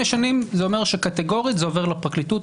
שנים זה אומר שקטגורית זה עובר לפרקליטות,